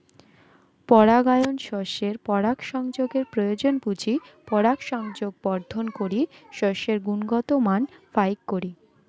পরাগায়ন শস্যের পরাগসংযোগের প্রয়োজন বুঝি পরাগসংযোগ বর্ধন করি শস্যের গুণগত মান ফাইক করি